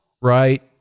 right